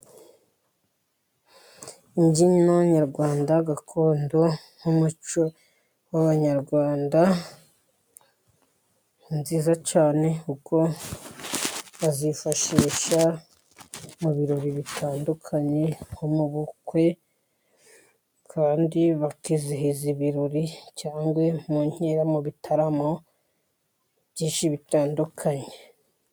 Imbyino nyarwanda gakondo nk'umuco w'Abanyarwanda ni nziza cyane, kuko bazifashisha mu birori bitandukanye nko mu bukwe, kandi bakizihiza ibirori cyangwa mu nkera mu bitaramo byinshi bitandukanye.